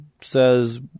says